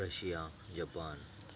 Russia Japan